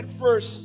first